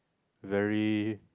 very